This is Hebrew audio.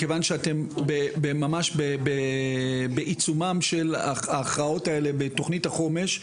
מכיוון שאתם ממש בעיצומן של ההכרעות האלה בתכנית החומש,